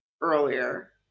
earlier